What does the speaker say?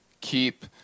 keep